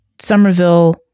Somerville